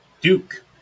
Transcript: Duke